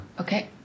Okay